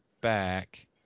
back